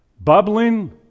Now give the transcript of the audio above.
bubbling